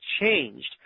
changed